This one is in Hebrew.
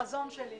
החזון שלי